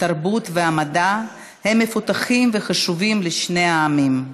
התרבות והמדע הם מפותחים וחשובים לשני העמים.